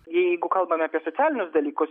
jeigu kalbame apie socialinius dalykus